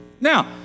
Now